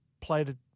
played